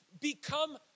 become